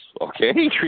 okay